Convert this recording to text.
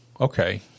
Okay